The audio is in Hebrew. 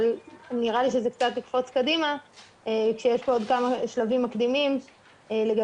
אבל נראה לי שזה קצת לקפוץ קדימה כשיש פה עוד כמה שלבים מקדימים לגבי